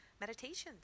meditations